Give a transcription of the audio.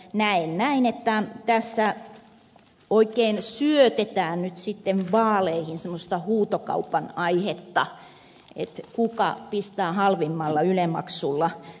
näen näin että tässä oikein syötetään nyt vaaleihin semmoista huutokaupan aihetta kuka pistää halvimmalla yle maksulla vaaleissa